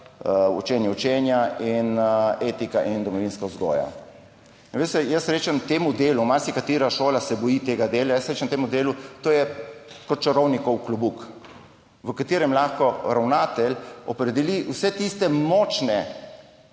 učenje učenja in etika in domovinska vzgoja. Veste, jaz rečem temu delu, marsikatera šola se boji tega dela, jaz rečem temu delu, to je kot čarovnikov klobuk, v katerem lahko ravnatelj opredeli vse tiste močne